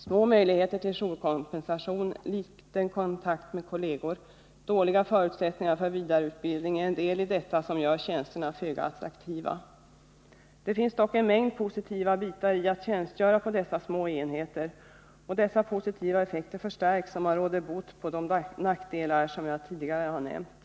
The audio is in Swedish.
Små möjligheter Nr 48 till jourkompensation, liten kontakt med kolleger och dåliga förutsättningar för vidareutbildning är en del i det som gör tjänsterna föga attraktiva. Det finns dock en mängd positiva bitar i att tjänstgöra på dessa små enheter, och dessa positiva effekter förstärks om man råder bot på de nackdelar jag tidigare nämnt.